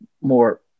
more